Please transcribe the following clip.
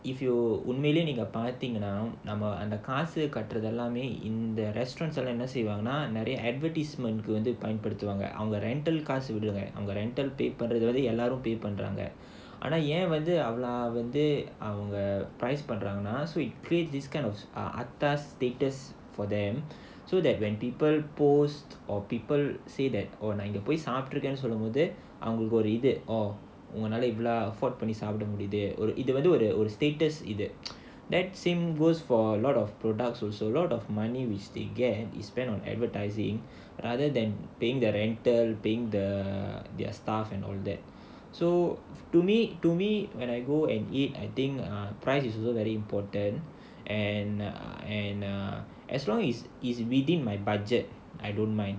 if you உண்மையிலேயே நீங்க பார்த்தீங்கன்னா நாம அந்த காசு கற்றதெல்லாம் நிறைய:unmailayae neenga paartheenganaa andha kaasu katrathellaam niraiya advertisement வந்து பயன்படுத்துவாங்க:vandhu payanpaduthuvaanga rental காசு விடுங்க எல்லோரும்:kaasu vidunga ellorum pay பண்றாங்க:pandraanga create this kind of ah atas status for them so that when people post or people say that நான் இங்க போயி சாப்ட்டேனு சொல்லும் போது இவ்ளோ சாப்பிட முடியுது:naan inga poi saapttaenu sollum pothu ivlo saappida mudiyuthu status in that that same goes for a lot of products also a lot of money which they get is spent on advertising rather than paying their rental paying the their staff and all that so to me to me when I go and eat I think uh price is also very important and err and err as long as it's within my budget I don't mind